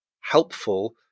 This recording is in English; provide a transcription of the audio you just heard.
helpful